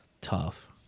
tough